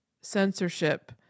censorship